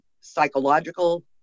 psychological